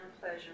pleasure